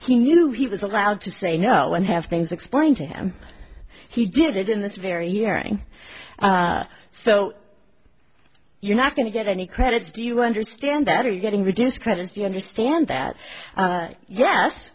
he knew he was allowed to say no and have things explained to him he did it in this very hearing so you're not going to get any credits do you understand that are you getting the discredits you understand that